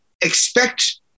expect